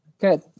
Good